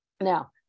Now